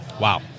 Wow